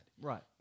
Right